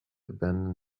abandon